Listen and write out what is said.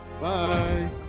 Bye